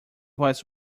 was